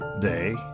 day